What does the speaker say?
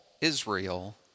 Israel